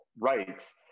rights